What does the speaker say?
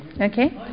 Okay